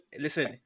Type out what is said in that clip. listen